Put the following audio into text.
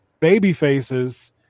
babyfaces